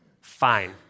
fine